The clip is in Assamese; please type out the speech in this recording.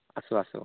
আছো আছো